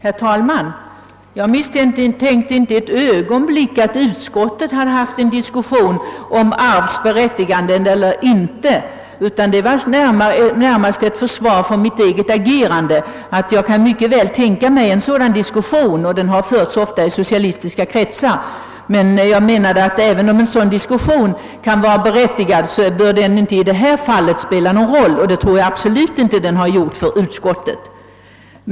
Herr talman! Jag misstänkte inte ett ögonblick att utskottet hade haft en diskussion om arvs berättigande eller inte, utan jag sade närmast som ett försvar för mitt eget agerande att jag mycket väl kunde tänka mig en sådan diskussion — den har förts ofta i socialistiska kretsar. Men även om en sådan diskussion kunde vara berättigad bör den i detta speciella fall inte spela någon roll, och det tror jag inte heller att den har gjort för utskottet.